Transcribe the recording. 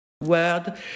word